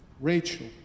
Rachel